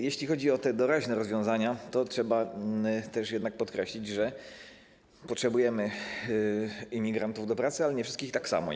Jeśli chodzi o doraźne rozwiązania, to trzeba też jednak podkreślić, że potrzebujemy imigrantów do pracy, ale nie wszystkich w takim samym stopniu.